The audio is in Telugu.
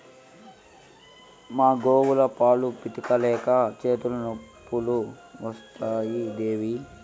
మా గోవుల పాలు పితిక లేక చేతులు నొప్పులు వస్తున్నాయి దేవీ